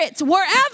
wherever